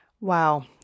Wow